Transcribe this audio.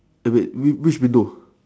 eh wait which which window